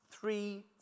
three